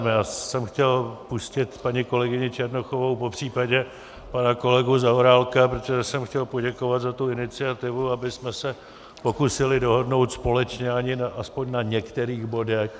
Já jsem chtěl pustit paní kolegyni Černochovou, popřípadě pana kolegu Zaorálka, protože jsem chtěl poděkovat za tu iniciativu, abychom se pokusili dohodnout společně alespoň na některých bodech.